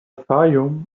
fayoum